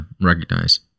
recognize